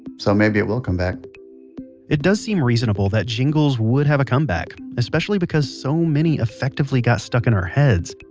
so maybe it will come back it does seem reasonable that jingles would have a comeback, especially because so many effectively got stuck in our heads.